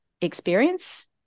experience